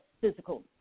physical